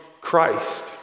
Christ